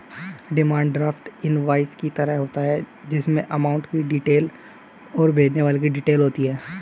demand draft invoice की तरह होता है जिसमे अमाउंट की डिटेल और भेजने वाले की डिटेल होती है